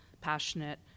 passionate